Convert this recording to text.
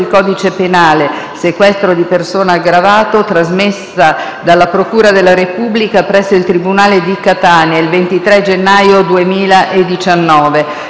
del codice penale (sequestro di persona aggravato), trasmessa dalla Procura della Repubblica presso il Tribunale di Catania il 23 gennaio 2019».